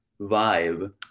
vibe